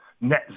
net